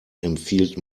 empfiehlt